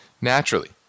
naturally